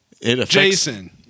Jason